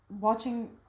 Watching